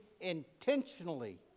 intentionally